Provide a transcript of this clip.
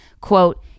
Quote